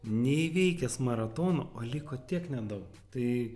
neįveikęs maratono o liko tiek nedaug tai